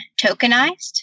tokenized